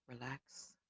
relax